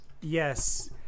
Yes